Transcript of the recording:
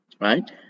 right